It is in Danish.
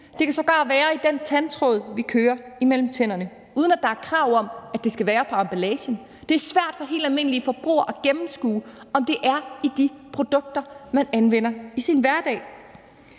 Det kan sågar være i den tandtråd, vi kører mellem tænderne, uden at der er krav om, at det skal stå på emballagen. Det er svært for helt almindelige forbrugere at gennemskue, om det er i de produkter, man anvender i sin hverdag.